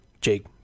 jake